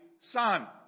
Son